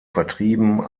vertrieben